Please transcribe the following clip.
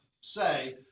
say